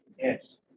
Yes